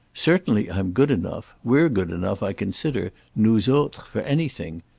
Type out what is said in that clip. certainly i'm good enough. we're good enough, i consider, nous autres, for anything.